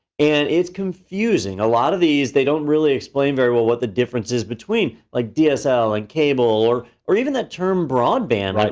and it's confusing. a lot of these, they don't really explain very well what the difference is between like dsl and cable, or or even that term broadband, like